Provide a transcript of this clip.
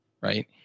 right